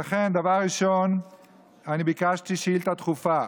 לכן, דבר ראשון ביקשתי שאילתה דחופה.